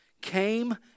came